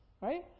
Right